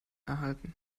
erhalten